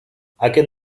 aquest